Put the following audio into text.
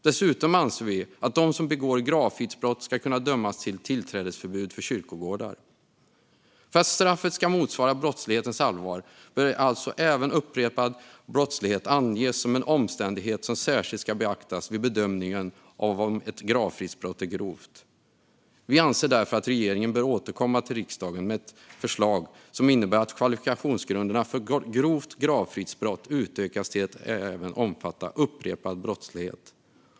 Dessutom anser vi att den som begår gravfridsbrott ska kunna dömas till tillträdesförbud för kyrkogårdar. För att straffet ska motsvara brottslighetens allvar bör alltså även upprepad brottslighet anges som en omständighet som särskilt ska beaktas vid bedömningen av om ett gravfridsbrott är grovt. Vi anser därför att regeringen bör återkomma till riksdagen med ett förslag som innebär att kvalifikationsgrunderna för grovt gravfridsbrott utökas till att även omfatta upprepad brottslighet.